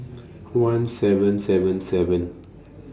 one seven seven seven